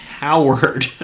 Howard